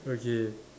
okay